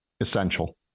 Essential